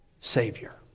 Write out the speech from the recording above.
Savior